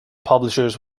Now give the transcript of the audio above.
publishers